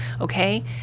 Okay